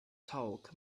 talk